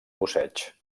busseig